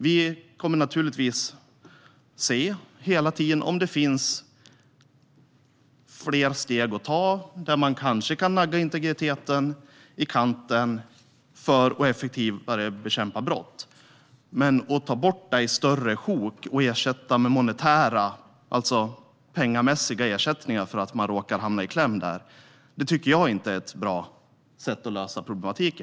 Vi kommer hela tiden att se om det finns fler steg att ta. Man kanske kan nagga integriteten i kanten för att bekämpa brott på ett mer effektivt sätt. Men att ta bort det i större sjok och ersätta med monetära, alltså pengamässiga, ersättningar för att man råkar hamna i kläm tycker jag inte är ett bra sätt att lösa problematiken.